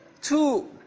two